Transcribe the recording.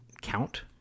count